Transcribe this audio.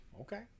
okay